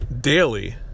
daily